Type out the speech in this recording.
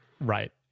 Right